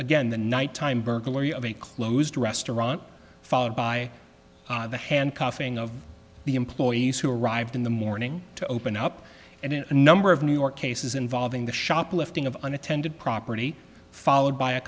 again the night time burglary of a closed restaurant followed by the handcuffing of the employees who arrived in the morning to open up and in a number of new york cases involving the shoplifting of unintended property followed by a